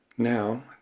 Now